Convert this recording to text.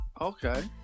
Okay